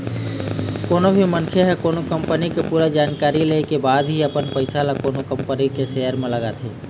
कोनो भी मनखे ह कोनो कंपनी के पूरा जानकारी ले के बाद ही अपन पइसा ल कोनो कंपनी के सेयर म लगाथे